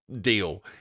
deal